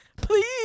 please